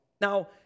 Now